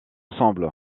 ensemble